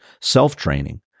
self-training